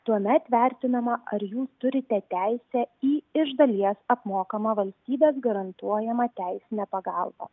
tuomet vertinama ar jūs turite teisę į iš dalies apmokamą valstybės garantuojamą teisinę pagalbą